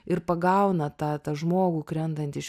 ir pagauna tą tą žmogų krentantį iš